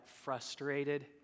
frustrated